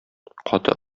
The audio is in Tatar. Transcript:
каты